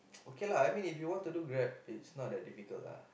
okay lah I mean if you want to do Grab it's not that difficult lah